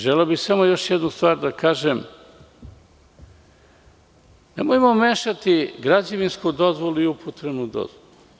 Želeo bih samo još jednu stvar da kažem, nemojmo mešati građevinsku dozvolu i upotrebnu dozvolu.